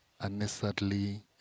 unnecessarily